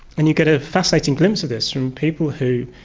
and you get a fascinating glimpse of this from people who,